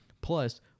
Plus